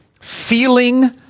feeling